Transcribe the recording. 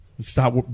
Stop